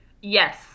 Yes